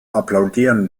applaudieren